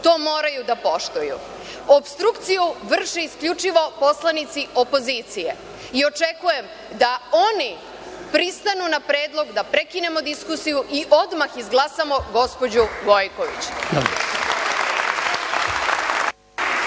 to moraju da poštuju. Opstrukciju vrše isključivo poslanici opozicije i očekujem da oni pristanu na predlog da prekinemo diskusiju i odmah izglasamo gospođu Gojković.